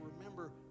remember